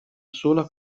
sola